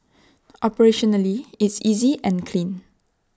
operationally it's easy and clean